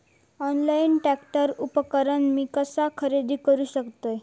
Online tractor उपकरण मी कसा खरेदी करू शकतय?